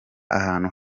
ahantu